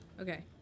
Okay